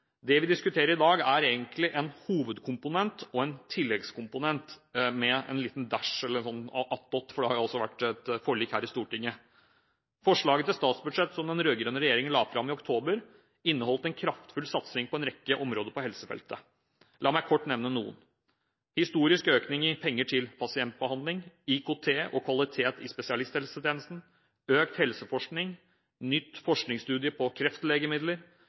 Det vi diskuterer i dag, er egentlig en hovedkomponent og en tilleggskomponent, med en liten dash attåt, for det har vært et forlik her i Stortinget. Forslaget til statsbudsjett som den rød-grønne regjeringen la fram i oktober, inneholdt en kraftfull satsing på en rekke områder på helsefeltet. La meg kort nevne noen: historisk økning i penger til pasientbehandling, IKT og kvalitet i spesialisthelsetjenesten, økt helseforskning, ny forskningsstudie på kreftlegemidler,